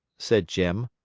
said jim.